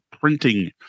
printing